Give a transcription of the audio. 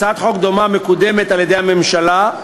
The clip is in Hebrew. דומה מקודמת על-ידי הממשלה,